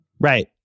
Right